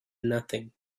nothing